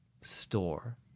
store